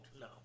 No